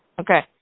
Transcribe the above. Okay